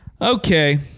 Okay